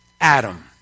Adam